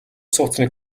сууцны